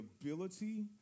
ability